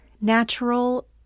natural